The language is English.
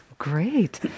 Great